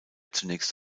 zunächst